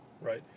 right